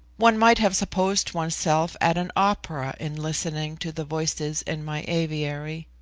one might have supposed one's self at an opera in listening to the voices in my aviary.